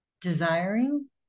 desiring